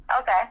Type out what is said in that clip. Okay